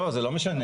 לא, זה לא משנה.